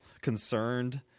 concerned